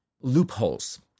loopholes